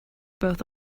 both